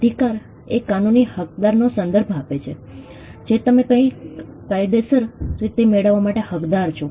અધિકાર એ કાનૂની હકદારનો સંદર્ભ આપે છે જે તમે કંઈક કાયદેસર રીતે મેળવવા માટે હકદાર છો